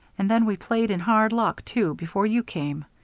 and then we played in hard luck, too, before you came.